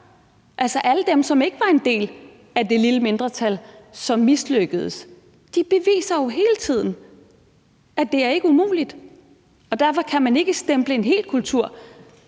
altså alle dem, som ikke var en del af det lille mindretal, som mislykkedes, beviser jo hele tiden, at det ikke er umuligt, og at man ikke kan stemple en hel kultur,